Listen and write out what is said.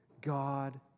God